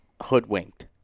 hoodwinked